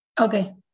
Okay